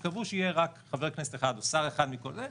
כשקבעו שיהיה רק חבר כנסת אחד או שר אחד מכל ---,